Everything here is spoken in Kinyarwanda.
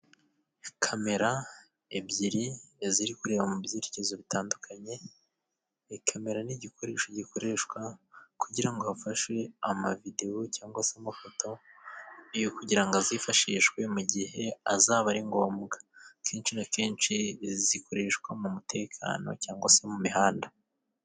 Kamera ebyiri ziri kureba mu byerekezo bitandukanye. Kamera ni igikoresho gikoreshwa kugira ngo hafashe amavidewo ,cyangwa se amafoto yo kugirango ngo azifashishwe mu gihe azaba ari ngombwa ,kenshi na zikoreshwa mu mutekano cyangwa se mu mihanda.